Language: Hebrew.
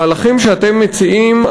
המהלכים שאתם מציעים,